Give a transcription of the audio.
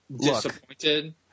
disappointed